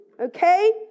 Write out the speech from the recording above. okay